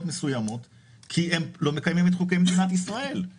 מסוימות כי הם לא מקיימים את חוקי מדינת ישראל.